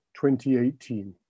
2018